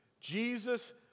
Jesus